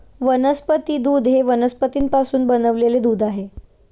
वनस्पती दूध हे वनस्पतींपासून बनविलेले दूध आहे